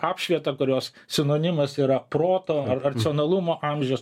apšvietą kurios sinonimas yra proto ar racionalumo amžius